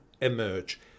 emerge